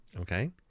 Okay